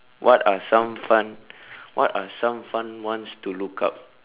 what are some fun what are some fun ones to look up